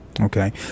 Okay